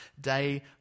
day